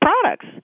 products